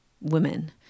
women